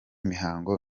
mihango